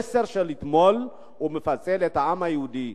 המסר של אתמול מפצל את העם היהודי.